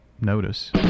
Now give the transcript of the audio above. notice